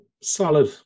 solid